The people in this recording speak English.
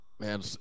Man